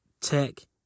tech